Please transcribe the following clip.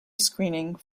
screening